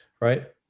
right